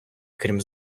крім